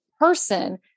person